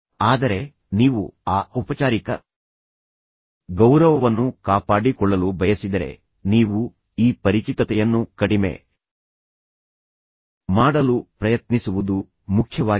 ಆದರೆ ನೀವು ಆ ಔಪಚಾರಿಕ ಗೌರವವನ್ನು ಕಾಪಾಡಿಕೊಳ್ಳಲು ಬಯಸಿದರೆ ನೀವು ಈ ಪರಿಚಿತತೆಯನ್ನು ಕಡಿಮೆ ಮಾಡಲು ಪ್ರಯತ್ನಿಸುವುದು ಮುಖ್ಯವಾಗಿದೆ